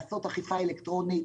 לעשות אכיפה אלקטרונית.